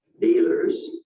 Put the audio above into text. dealers